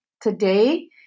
Today